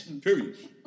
Period